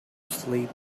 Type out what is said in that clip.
sleep